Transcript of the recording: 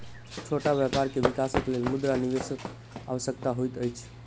छोट व्यापार के विकासक लेल मुद्रा निवेशकक आवश्यकता होइत अछि